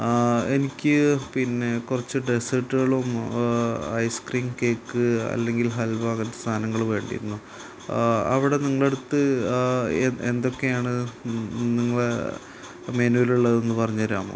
എനിക്ക് പിന്നെ കുറച്ച് ഡെസേട്ടുകളും ഐസ് ക്രീം കേക്ക് അല്ലെങ്കിൽ ഹൽവ അങ്ങനെത്തെ സാനങ്ങൾ വേണ്ടിയിരുന്നു അവിടെ നിങ്ങളുടെ അടുത്ത് എന്തൊക്കെയാണ് നിങ്ങളെ മെനുവിൽ ഉള്ളതെന്ന് പറഞ്ഞ് തരാമോ